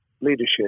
leadership